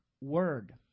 word